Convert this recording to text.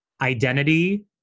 identity